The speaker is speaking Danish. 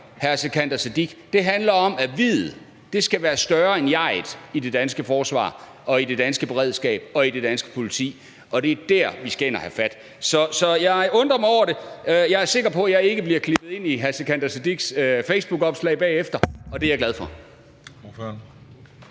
hr. Sikandar Siddique, handler om, at vi'et skal være større end jeget i det danske forsvar, i det danske beredskab og i det danske politi. Og det er der, vi skal ind og have fat. Så jeg undrer mig over det. Jeg er sikker på, at jeg ikke bliver klippet ind i hr. Sikandar Siddiques facebookopslag bagefter – og det er jeg glad for.